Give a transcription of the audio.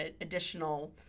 additional